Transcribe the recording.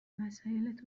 وسایلت